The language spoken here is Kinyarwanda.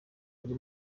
buri